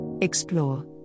Explore